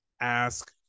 ask